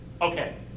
Okay